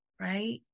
right